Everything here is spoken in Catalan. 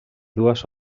dues